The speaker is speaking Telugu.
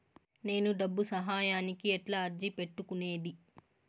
నేను డబ్బు సహాయానికి ఎట్లా అర్జీ పెట్టుకునేది?